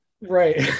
Right